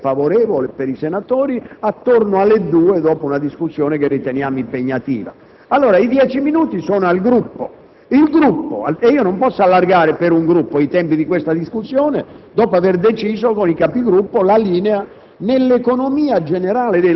che era la più compatibile e favorevole per i senatori, cioè intorno alle 14, dopo una discussione che riteniamo impegnativa. I dieci minuti spettano pertanto al Gruppo. Non posso allargare per un Gruppo i tempi di questa discussione dopo aver deciso con i Capigruppo la linea